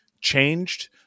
changed